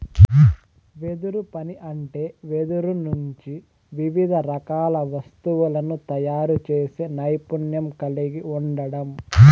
వెదురు పని అంటే వెదురు నుంచి వివిధ రకాల వస్తువులను తయారు చేసే నైపుణ్యం కలిగి ఉండడం